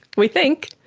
we think.